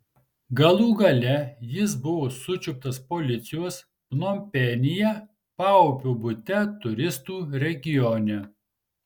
galų gale jis buvo sučiuptas policijos pnompenyje paupio bute turistų regione